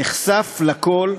נחשף לכול,